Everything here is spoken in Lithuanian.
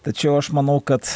tačiau aš manau kad